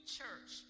church